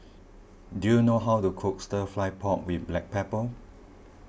do you know how to cook Stir Fry Pork with Black Pepper